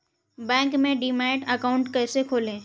Bank में demat account कैसे खोलें?